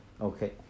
Okay